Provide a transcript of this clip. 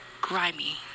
grimy